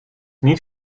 niet